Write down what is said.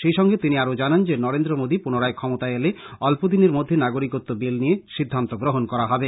সেই সঙ্গে তিনি আরও জানান যে নরেন্দ্র মোদী পুনরায় ক্ষমতায় এলে অল্পদিনের মধ্যে নাগরিকতু বিল নিয়ে সিদ্ধান্ত গ্রহন করা হবে